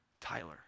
Tyler